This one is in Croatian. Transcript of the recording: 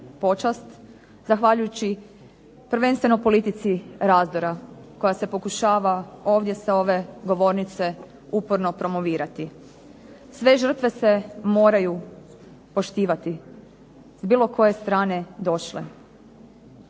počast, zahvaljujući prvenstveno politici razdora koja se pokušava ovdje sa ove govornice uporno promovirati. Sve žrtve se moraju poštivati s bilo koje strane došle.